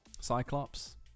Cyclops